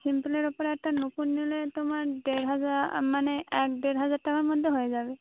সিম্পলের উপরে একটা নুপূর নিলে তোমার দেড় হাজার মানে এক দেড় হাজার টাকার মধ্যে হয়ে যাবে